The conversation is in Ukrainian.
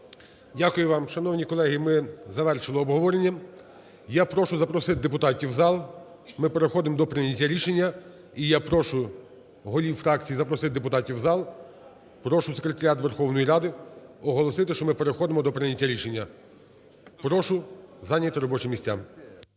Дякую вам. Шановні колеги, ми завершимо обговорення. Я прошу запросити депутатів в зал, ми переходимо до прийняття рішення. І я прошу голів фракцій запросити депутатів в зал. Прошу секретаріат Верховної Ради оголосити, що ми переходимо до прийняття рішення. Прошу зайняти робочі місця.